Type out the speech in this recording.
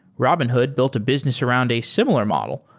robinhood built a business around a similar model,